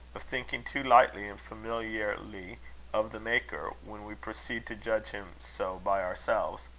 of thinking too lightly and familiarly of the maker, when we proceed to judge him so by ourselves?